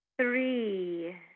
Three